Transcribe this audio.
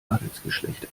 adelsgeschlecht